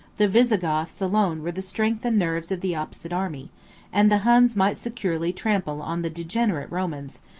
the visigoths alone were the strength and nerves of the opposite army and the huns might securely trample on the degenerate romans,